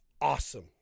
awesome